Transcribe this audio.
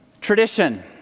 Tradition